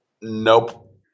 Nope